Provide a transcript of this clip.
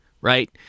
right